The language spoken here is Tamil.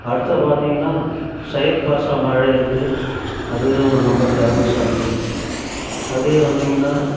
அடுத்த பார்த்தீங்கன்னா சையத் பாஷா மலை இருக்கு அதுவும் ரொம்ப ஃபேமஸானது அப்படியே வந்தீங்கன்னா